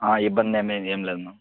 ఆ ఇబ్బందేమీ ఏం లేదు మ్యామ్